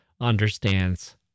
understands